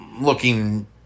looking